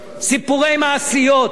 סיפורי מעשיות.